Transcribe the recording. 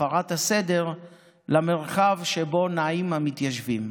הפרת הסדר למרחב שבו נעים המתיישבים.